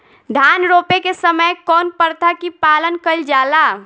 धान रोपे के समय कउन प्रथा की पालन कइल जाला?